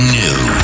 new